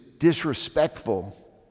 disrespectful